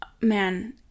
man